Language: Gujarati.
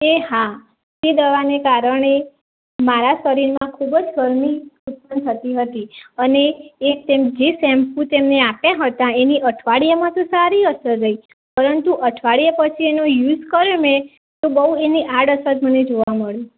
એ હા તે દવાને કારણે મારાં શરીરમાં ખૂબ જ ગરમી ઉત્પન્ન થતી હતી અને એ તેમ જે સેમ્પૂ તમે આપ્યાં હતાં એની અઠવાડિયામાં તો સારી અસર રહી પરંતુ અઠવાડિયાં પછી એનો યુઝ કર્યો મેં તો બહુ એની આડઅસર મને જોવા મળી